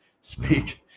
speak